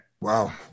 Wow